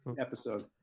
Episode